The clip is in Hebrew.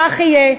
כך יהיה.